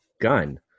gun